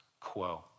quo